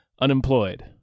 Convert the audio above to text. unemployed